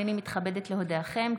הינני מתכבדת להודיעכם,